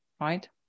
Right